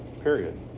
period